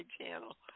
channel